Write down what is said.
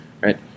right